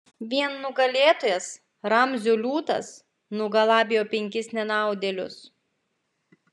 vien nugalėtojas ramzio liūtas nugalabijo penkis nenaudėlius